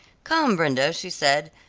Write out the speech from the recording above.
come, brenda, she said,